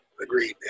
agreed